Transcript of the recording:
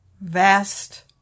vast